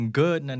good